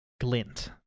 Glint